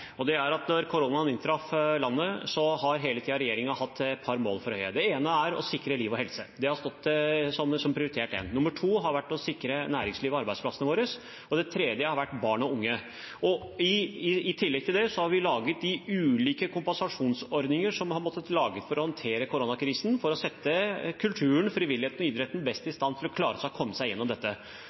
at koronaen traff landet, har regjeringen hatt et par mål for øye. Det ene har vært å sikre liv og helse. Det har vært prioritet nr. 1. Det andre har vært å sikre næringslivet og arbeidsplassene våre, og det tredje har vært barn og unge. I tillegg til det har vi de ulike kompensasjonsordningene som vi har måttet lage for å håndtere koronakrisen, for å sette kulturen, frivilligheten og idretten best mulig i stand til å klare å komme seg gjennom dette.